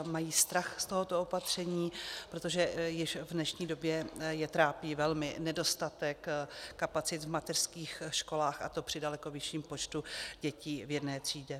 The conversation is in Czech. Mají strach z tohoto opatření, protože již v dnešní době je velmi trápí nedostatek kapacit v mateřských školách, a to při daleko vyšším počtu dětí v jedné třídě.